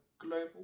global